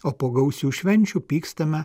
o po gausių švenčių pykstame